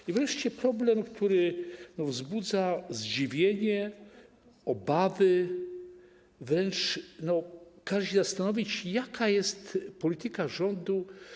I wreszcie problem, który wzbudza zdziwienie, obawy, a wręcz każe się zastanowić, jaka jest tu polityka rządu.